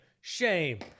shame